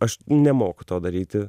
aš nemoku to daryti